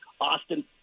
Austin